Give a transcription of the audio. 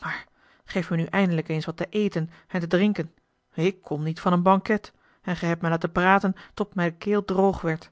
maar geef mij nu eindelijk eens wat te eten en te drinken ik kom niet van een banket en gij hebt mij laten praten tot mij de keel droog werd